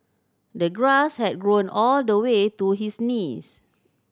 the grass had grown all the way to his knees